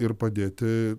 ir padėti